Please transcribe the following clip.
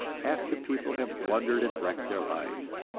after people have blundered and wrecked their lives.